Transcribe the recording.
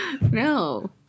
No